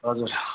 हजुर